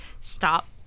Stop